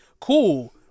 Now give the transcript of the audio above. cool